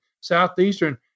Southeastern